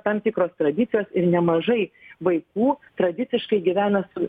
tam tikros tradicijos ir nemažai vaikų tradiciškai gyvena su